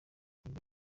nibyo